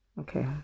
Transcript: Okay